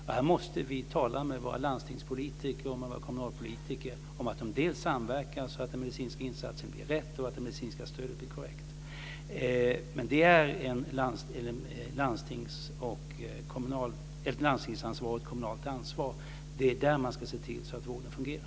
Vi måste tala med våra landstingspolitiker och våra kommunalpolitiker om att de samverkar så att den medicinska insatsen blir rätt och att det medicinska stödet blir korrekt. Men det är kommunernas och landstingens ansvar. Det är där som man ska se till att vården fungerar.